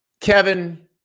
Kevin